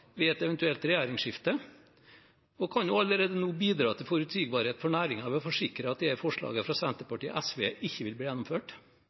ved et eventuelt regjeringsskifte, og kan hun allerede nå bidra til forutsigbarhet for næringen ved å forsikre om at forslagene fra Senterpartiet og SV ikke vil bli gjennomført?